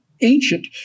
ancient